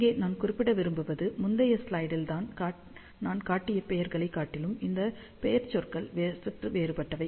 இங்கே நான் குறிப்பிட விரும்புவது முந்தைய ஸ்லைடில் நான் காட்டிய பெயர்களைக் காட்டிலும் இந்த பெயர்ச்சொற்கள் சற்று வேறுபட்டவை